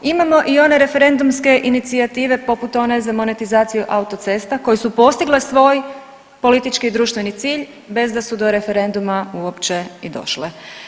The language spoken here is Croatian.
Imamo i one referendumske inicijative poput one za monetizaciju autocesta koje su postigle svoj politički i društveni cilj bez da su do referenduma uopće i došle.